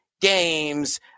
games